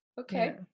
okay